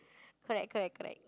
correct correct correct